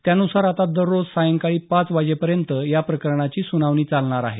त्यानुसार आता दररोज सायंकाळी पाच वाजेपर्यंत या प्रकरणाची सुनावणी चालणार आहे